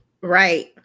right